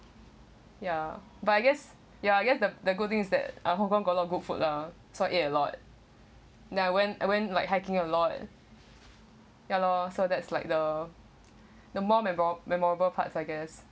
ya but I guess ya I guess the the good thing is that I confirm got got good food lah so I eat a lot then I went I went like hiking a lot ya lor so that's like the the more memo~ memorable parts I guess